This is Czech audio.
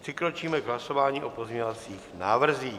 Přikročíme k hlasování o pozměňovacích návrzích.